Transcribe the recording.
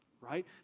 right